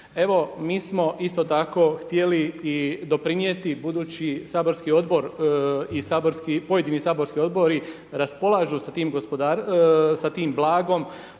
Evo mi smo isto tako htjeli i doprinijeti budući saborski odbor i pojedini saborski odbori raspolažu sa tim blagom.